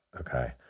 Okay